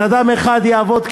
בן-אדם יעבוד,